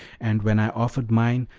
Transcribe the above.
and, when i offered mine,